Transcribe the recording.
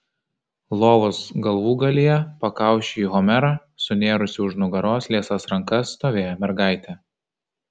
lovos galvūgalyje pakaušiu į homerą sunėrusi už nugaros liesas rankas stovėjo mergaitė